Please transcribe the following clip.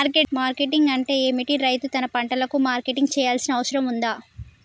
Marketing అంటే ఏమిటి? రైతు తన పంటలకు మార్కెటింగ్ చేయాల్సిన అవసరం ఉందా?